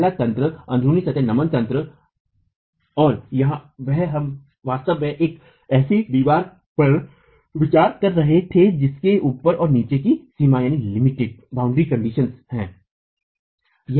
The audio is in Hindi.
पहला तंत्र अन्ध्रुनी सतह नमन तंत्र और यहाँ हम वास्तव में एक ऐसी दीवार पर विचार कर रहे हैं जिसके ऊपर और नीचे की सीमाएँ हैं